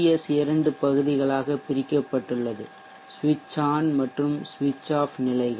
S இரண்டு பகுதிகளாகப் பிரிக்கப்பட்டுள்ளது சுவிட்ச் ஆன் மற்றும் சுவிட்ச் ஆஃப் நிலைகள்